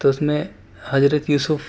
تو اس میں حضرت یوسف